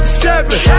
seven